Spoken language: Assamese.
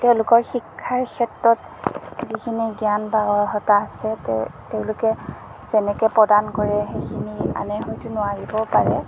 তেওঁলোকৰ শিক্ষাৰ ক্ষেত্ৰত যিখিনি জ্ঞান বা অৰ্হতা আছে তেওঁ তেওঁলোকে যেনেকৈ প্ৰদান কৰে সেইখিনি আনে হয়তো নোৱাৰিবও পাৰে